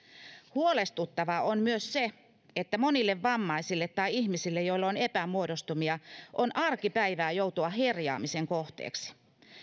huolestuttavaa on myös se että monille vammaisille tai ihmisille joilla on epämuodostumia on arkipäivää joutua herjaamisen kohteeksi